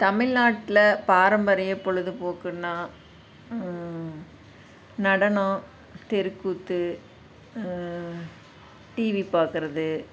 தமிழ்நாட்டில் பாரம்பரிய பொழுது போக்குனால் நடனம் தெருக்கூத்து டிவி பார்க்குறது